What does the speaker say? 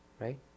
Right